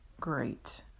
great